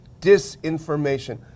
disinformation